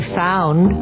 found